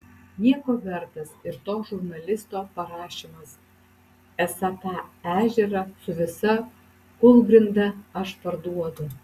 nieko vertas ir to žurnalisto parašymas esą tą ežerą su visa kūlgrinda aš parduodu